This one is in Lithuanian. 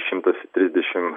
šimtas trisdešim